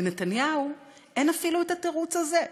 לנתניהו אין אפילו התירוץ הזה.